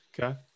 okay